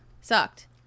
sucked